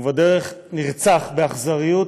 ובדרך נרצח באכזריות,